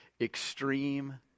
extreme